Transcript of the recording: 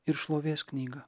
ir šlovės knyga